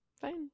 Fine